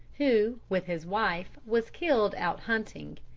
who, with his wife, was killed out hunting.